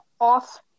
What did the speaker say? off